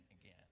again